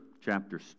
chapter